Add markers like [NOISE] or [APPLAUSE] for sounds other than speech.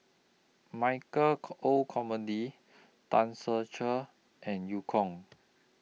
Michael [UNINTELLIGIBLE] Olcomendy Tan Ser Cher and EU Kong